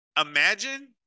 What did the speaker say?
Imagine